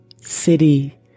city